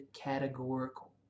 categorical